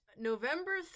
November